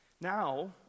Now